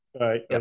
right